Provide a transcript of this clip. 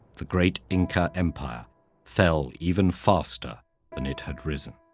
the great inca empire fell even faster than it had risen.